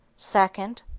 second,